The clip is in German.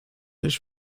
ich